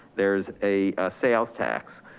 there's a sales tax.